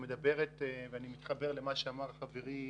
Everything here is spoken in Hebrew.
אני אשמח לחדד בהמשך.